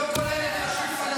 היא לא כוללת רשות פלסטינית.